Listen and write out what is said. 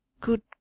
Good